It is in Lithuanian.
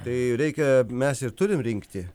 tai reikia mes ir turim rinkti